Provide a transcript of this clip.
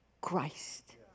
Christ